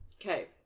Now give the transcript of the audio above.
Okay